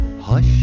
Hush